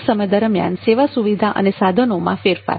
peak સમય દરમિયાન સેવા સુવિધા અને સાધનો માં ફેરફાર